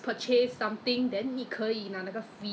!wah! it's that means they're quite responsible to the environment